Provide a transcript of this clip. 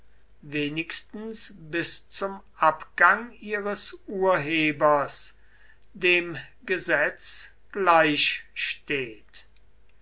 wenigstens bis zum abgang ihres urhebers dem gesetz